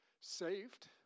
Saved